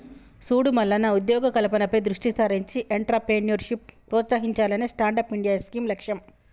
సూడు మల్లన్న ఉద్యోగ కల్పనపై దృష్టి సారించి ఎంట్రప్రేన్యూర్షిప్ ప్రోత్సహించాలనే స్టాండప్ ఇండియా స్కీం లక్ష్యం